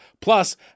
plus